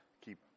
keep